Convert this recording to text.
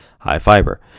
high-fiber